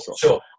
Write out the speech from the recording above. sure